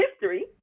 history